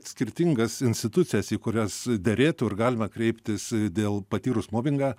skirtingas institucijas į kurias derėtų ir galime kreiptis dėl patyrus mobingą